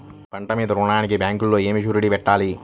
పంట మీద రుణానికి బ్యాంకులో ఏమి షూరిటీ పెట్టాలి?